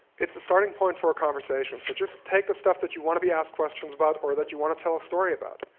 it's the starting point for a conversation. so just take the stuff that you want to be asked questions about or that you want to tell a story about.